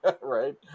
right